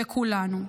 לכולנו.